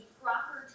proper